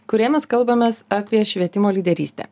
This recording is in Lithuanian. kurioje mes kalbamės apie švietimo lyderystę